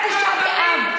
ערב תשעה באב,